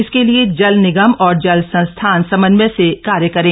इसके लिये जल निगम और जल संस्थान समन्वय से कार्य करें